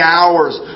hours